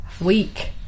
weak